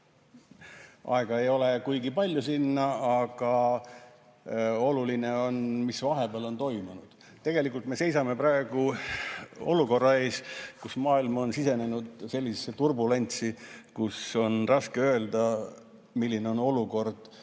Aega ei ole sinnani kuigi palju, aga oluline on, mis vahepeal on toimunud. Tegelikult me seisame praegu olukorra ees, kus maailm on sisenenud sellisesse turbulentsi, et on raske öelda, milline on olukord